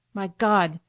my god!